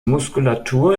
muskulatur